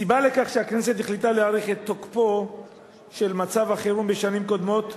הסיבה לכך שהכנסת החליטה להאריך את תוקפו של מצב חירום בשנים קודמות,